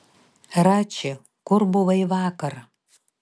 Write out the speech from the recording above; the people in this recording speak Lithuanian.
rači kur buvai vakar